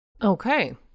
Okay